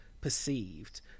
perceived